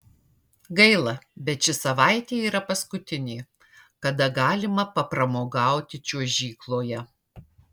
gaila bet ši savaitė yra paskutinė kada galima papramogauti čiuožykloje